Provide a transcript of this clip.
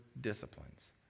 disciplines